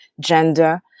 gender